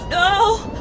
o